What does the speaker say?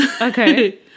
Okay